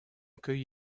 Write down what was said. cueille